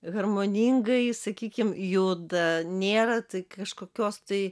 harmoningai sakykim juda nėra tai kažkokios tai